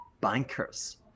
bankers